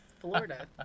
Florida